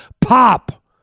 pop